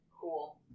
Cool